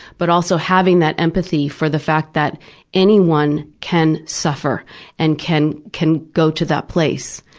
but also having that empathy for the fact that anyone can suffer and can can go to that place.